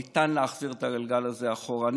ניתן להחזיר את הגלגל לאחור.